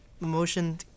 emotion